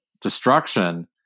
destruction